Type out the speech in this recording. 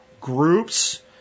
groups